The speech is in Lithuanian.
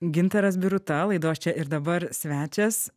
gintaras biruta laidos čia ir dabar svečias